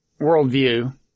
worldview